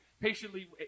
patiently